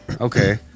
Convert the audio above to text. Okay